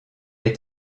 est